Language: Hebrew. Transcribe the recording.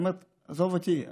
היא אומרת: עזוב אותי,